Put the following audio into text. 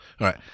Right